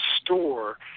store